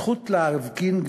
הזכות להפגין,